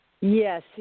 Yes